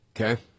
Okay